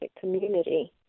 community